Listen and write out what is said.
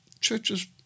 churches